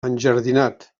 enjardinat